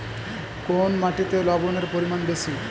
কোন মাটিতে লবণের পরিমাণ বেশি?